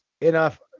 enough